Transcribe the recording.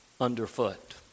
underfoot